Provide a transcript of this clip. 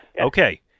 Okay